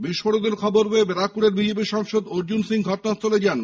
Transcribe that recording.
বিস্ফোরণের খবর পেয়ে ব্যারাকপুরের সাংসদ অর্জুন সিং ঘটনাস্থলে যান